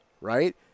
right